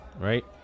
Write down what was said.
right